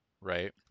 right